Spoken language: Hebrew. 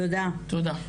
תודה,